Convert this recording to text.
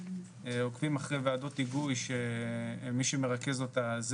עוקבים אחרי וועדות היגוי שמי שמרכז אותה,